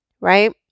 right